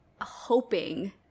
hoping